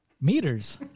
meters